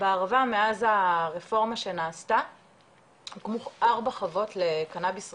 בערבה מאז הרפורמה שנעשתה הוקמו ארבע חוות לקנאביס רפואי.